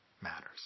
matters